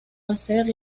hacer